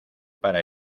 para